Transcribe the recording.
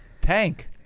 Tank